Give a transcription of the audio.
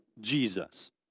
Jesus